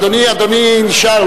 אדוני נשאר,